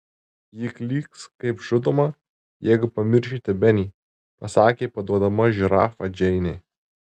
ji klyks kaip žudoma jeigu pamiršite benį pasakė paduodama žirafą džeinei